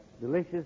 delicious